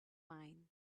mine